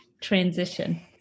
transition